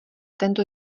tento